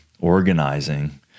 organizing